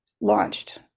launched